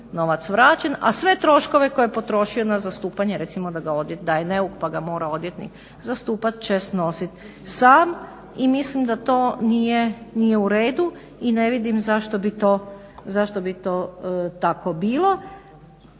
novac vraćen, a sve troškove koje je potrošio na zastupanje, recimo da je neuk pa ga mora odvjetnik zastupat će snosit sam. I mislim da to nije u redu i ne vidim zašto bi to tako bilo.